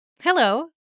Hello